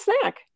snack